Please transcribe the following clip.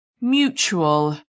Mutual